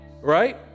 Right